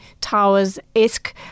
towers-esque